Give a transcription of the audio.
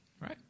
Right